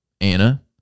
Anna